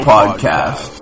Podcast